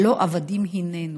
/ ולא כתוב 'עבדים היננו'".